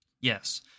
yes